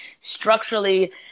structurally